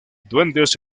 duendes